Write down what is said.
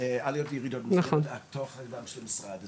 עליות וירידות במסגרת התוכן של המשרד,